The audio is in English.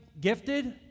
gifted